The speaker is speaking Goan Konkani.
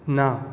ना